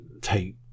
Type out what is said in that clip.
take